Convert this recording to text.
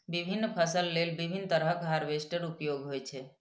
विभिन्न फसल लेल विभिन्न तरहक हार्वेस्टर उपयोग होइ छै